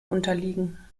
unterliegen